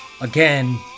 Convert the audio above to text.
Again